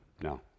No